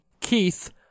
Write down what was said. Keith